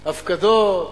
הפקדות,